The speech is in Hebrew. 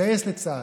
התגייס לצה"ל.